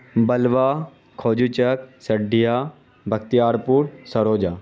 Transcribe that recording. بلوا کھوجو چوک سڈیا بخیار پور سروجا